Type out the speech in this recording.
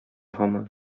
һаман